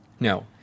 No